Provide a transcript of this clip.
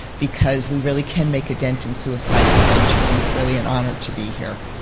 because we really can make a dent in suicide prevention, and it's really an honor to be here.